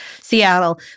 Seattle